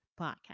podcast